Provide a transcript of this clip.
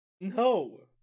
No